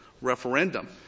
referendum